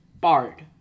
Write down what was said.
bard